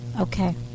Okay